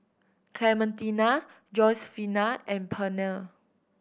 Clementina Josefina and Pernell